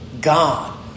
God